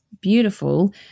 beautiful